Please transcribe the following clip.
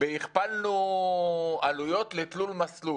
והכפלנו עלויות לתלול מסלול.